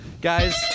guys